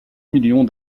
million